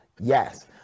Yes